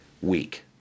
week